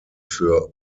für